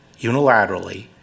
unilaterally